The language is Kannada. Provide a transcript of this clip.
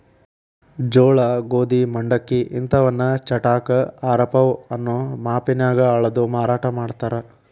ಜೋಳ, ಗೋಧಿ, ಮಂಡಕ್ಕಿ ಇಂತವನ್ನ ಚಟಾಕ, ಆರಪೌ ಅನ್ನೋ ಮಾಪನ್ಯಾಗ ಅಳದು ಮಾರಾಟ ಮಾಡ್ತಾರ